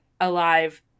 alive